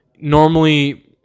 normally